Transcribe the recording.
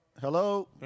Hello